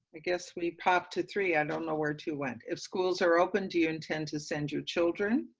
i guess we popped to three. i don't know where two went. if schools are open, do you intend to send your children,